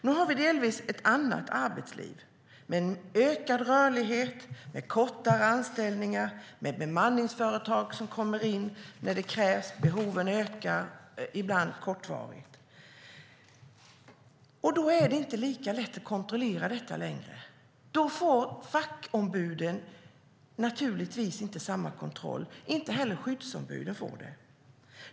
Nu har vi delvis ett annat arbetsliv med en ökad rörlighet, med kortare anställningar och med bemanningsföretag som kommer in när det krävs, när behoven ökar, ibland kortvarigt. Då är det inte lika lätt att kontrollera detta längre. Då får fackombuden naturligtvis inte samma kontroll. Inte heller skyddsombuden får det.